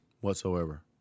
whatsoever